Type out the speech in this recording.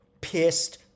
pissed